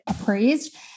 appraised